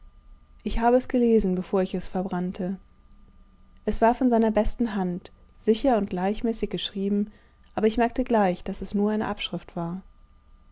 ich habe es gelesen bevor ich es verbrannte es war von seiner besten hand sicher und gleichmäßig geschrieben aber ich merkte gleich daß es nur eine abschrift war